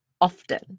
often